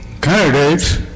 candidates